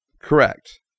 Correct